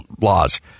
laws